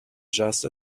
just